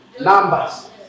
Numbers